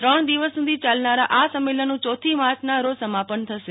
ત્રણ દિવસ સુધી યાલનારા આ સંમેલનનું ચોથી માર્ચના રોજ સમાપન થશે